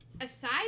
aside